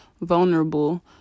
vulnerable